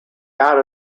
out